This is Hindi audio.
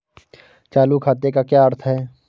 चालू खाते का क्या अर्थ है?